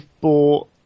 bought